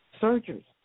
surgery